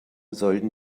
sollten